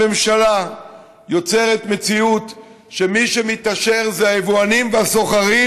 הממשלה יוצרת מציאות שבה מי שמתעשר זה היבואנים והסוחרים,